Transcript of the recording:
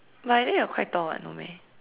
but I think you are quite tall [what] no meh